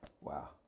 wow